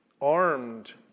Armed